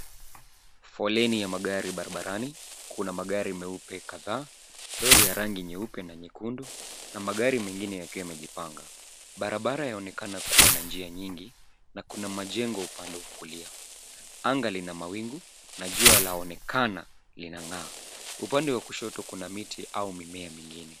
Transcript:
Foleni ya magari barabarani, kuna magari meupe kadhaa, lori ya rangi nyeupe na nyekundu na magari mengine yakiwa yamejipanga. Barabara yaonekana kuwa na njia nyingi na kuna majengo upande wa kulia. Anga lina mawingu, na jua laonekana linang'aa. Upande wa kushoto kuna miti au mimea mingine.